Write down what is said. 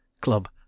club